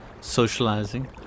socializing